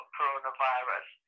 Coronavirus